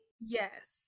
Yes